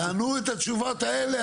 תענו את התשובות האלה.